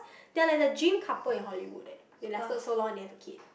they are like the dream couple in Hollywood leh they lasted so long and they have a kid